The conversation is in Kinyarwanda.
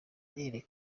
ubusumbane